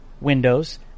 windows